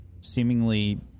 Seemingly